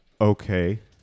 Okay